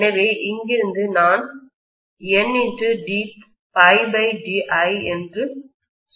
எனவே இங்கிருந்து நான் Nd∅di என்று சொல்ல முடியும்